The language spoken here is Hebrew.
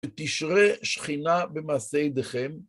ותשרה שכינה במעשה ידכם.